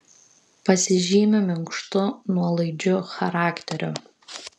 pasižymi minkštu nuolaidžiu charakteriu